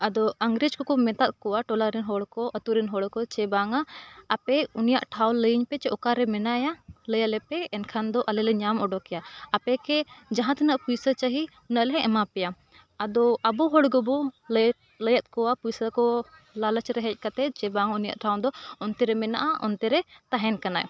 ᱟᱫᱚ ᱤᱝᱨᱮᱡᱽ ᱠᱚᱠᱚ ᱢᱮᱛᱟᱜ ᱠᱚᱣᱟ ᱴᱚᱞᱟ ᱨᱮᱱ ᱦᱚᱲ ᱠᱚ ᱟᱛᱳ ᱨᱮᱱ ᱦᱚᱲᱠᱚ ᱪᱮ ᱵᱟᱝᱼᱟ ᱟᱯᱮ ᱩᱱᱤᱭᱟᱜ ᱴᱷᱟᱶ ᱞᱟᱹᱭᱟᱹᱧ ᱯᱮ ᱪᱮ ᱚᱠᱟᱨᱮ ᱢᱮᱱᱟᱭᱟ ᱞᱟᱹᱭᱟᱞᱮ ᱯᱮ ᱮᱱᱠᱷᱟᱱ ᱫᱚ ᱟᱞᱮ ᱞᱮ ᱧᱟᱢ ᱩᱰᱩᱠᱮᱭᱟ ᱟᱯᱮ ᱠᱤ ᱡᱟᱦᱟᱸ ᱛᱤᱱᱟᱹᱜ ᱯᱩᱭᱥᱟᱹ ᱪᱟᱹᱦᱤ ᱩᱱᱟᱹᱜ ᱞᱮ ᱮᱢᱟ ᱯᱮᱭᱟ ᱟᱫᱚ ᱟᱵᱚ ᱦᱚᱲ ᱜᱮᱵᱚ ᱞᱟᱹᱭ ᱞᱟᱹᱭᱟᱫ ᱠᱚᱣᱟ ᱯᱩᱭᱥᱟᱹ ᱠᱚ ᱞᱟᱞᱚᱪᱨᱮ ᱦᱮᱡ ᱠᱟᱛᱮᱫ ᱡᱮ ᱵᱟᱝ ᱩᱱᱤᱭᱟᱜ ᱴᱷᱟᱶ ᱫᱚ ᱚᱱᱛᱮ ᱨᱮ ᱢᱮᱱᱟᱜᱼᱟ ᱚᱱᱛᱮ ᱨᱮ ᱛᱟᱦᱮᱱ ᱠᱟᱱᱟᱭ